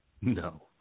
No